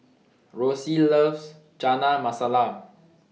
Roxie loves Chana Masala